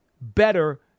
better